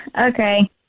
Okay